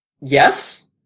Yes